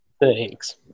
Thanks